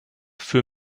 für